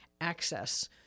access